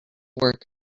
work